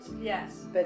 Yes